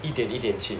一点一点去